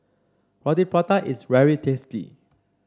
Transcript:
Roti Prata is very tasty